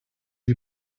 you